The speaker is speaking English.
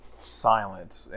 silent